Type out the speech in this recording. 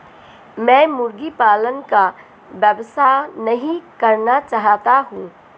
मैं मुर्गी पालन का व्यवसाय नहीं करना चाहता हूँ